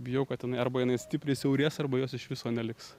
bijau kad jinai arba jinai stipriai siaurės arba jos iš viso neliks